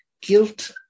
guilt